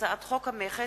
הצעת חוק המכס,